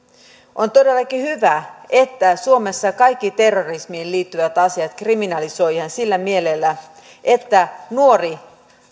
on todellakin hyvä että suomessa kaikki terrorismiin liittyvät asiat kriminalisoidaan sillä mielellä että nuori